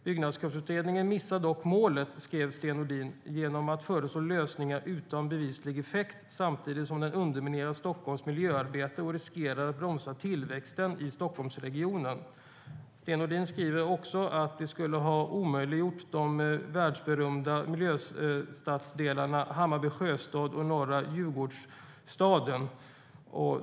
- Byggkravsutredningen missar dock målet genom att föreslå lösningar utan bevislig effekt, samtidigt som den underminerar Stockholms miljöarbete och riskerar att bromsa tillväxten i Stockholmsregionen." Sten Nordin skrev också att en stoppbestämmelse "skulle ha omöjliggjort de världsberömda miljöstadsdelarna Hammarby Sjöstad och Norra Djurgårdsstaden.